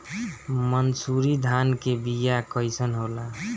मनसुरी धान के बिया कईसन होला?